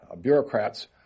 bureaucrats